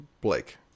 blake